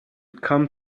come